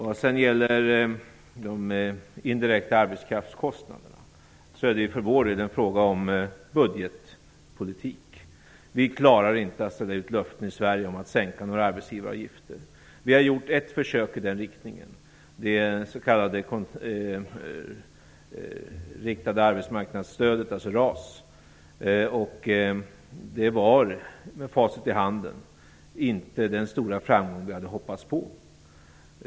Vad sedan gäller de indirekta arbetskraftskostnaderna är det för vår del en fråga om budgetpolitik. Vi klarar inte i Sverige att ställa ut löften om att sänka några arbetsgivaravgifter. Vi har gjort ett försök i den riktningen, det s.k. riktade arbetsmarknadsstödet, RAS. Det var med facit i hand inte den stora framgång vi hade hoppats på.